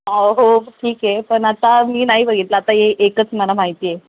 हो हो ठीक आहे पण आता मी नाही बघितला आता ये एकच मला माहिती आहे